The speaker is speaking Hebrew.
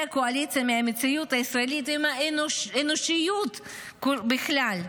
הקואליציה מהמציאות הישראלית ומהאנושיות בכלל.